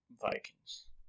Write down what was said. Vikings